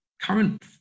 current